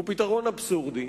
והוא אבסורדי,